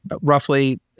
roughly